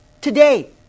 today